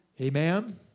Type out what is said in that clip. Amen